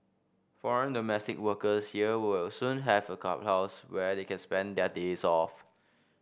foreign domestic workers here will soon have a clubhouse where they can spend their days off